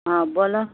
हँ बोलऽ